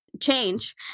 change